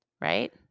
Right